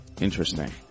Interesting